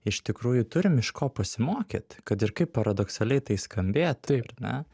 iš tikrųjų turim iš ko pasimokyt kad ir kaip paradoksaliai tai skambėtų ar ne